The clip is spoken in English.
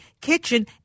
kitchen